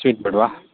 sweet ಬೇಡವಾ